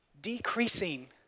decreasing